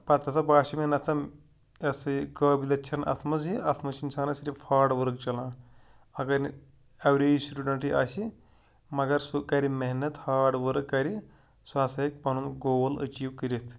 پَتہٕ ہَسا باسیو مےٚ نَسا یہِ ہَسا یہِ قٲبلِیَت چھَنہٕ اَتھ منٛز یہِ اَتھ منٛز چھِ اِنسانَس صِرف ہاڈ ؤرٕک چَلان اگر نہٕ اٮ۪وریج سٹوٗڈَنٛٹٕے آسہِ مگر سُہ کَرِ محنت ہاڈ ؤرٕک کَرِ سُہ ہَسا ہیٚکہِ پَنُن گول أچیٖو کٔرِتھ